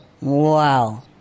Wow